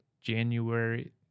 January